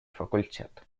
факультет